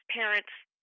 parents